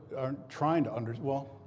aren't trying to and well,